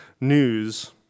news